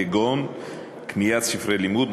כגון קניית ספרי לימוד,